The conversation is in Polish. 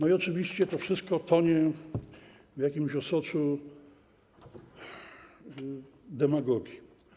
Oczywiście to wszystko tonie w jakimś osoczu demagogii.